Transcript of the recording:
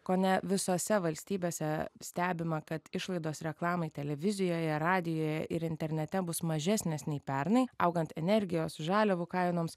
kone visose valstybėse stebima kad išlaidos reklamai televizijoje radijuje ir internete bus mažesnės nei pernai augant energijos žaliavų kainoms